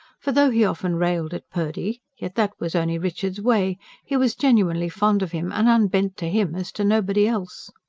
for though he often railed at purdy, yet that was only richard's way he was genuinely fond of him, and unbent to him as to nobody else.